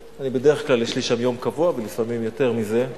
בדרך כלל יש לי שם יום קבוע, ולפעמים יותר מזה.